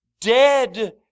dead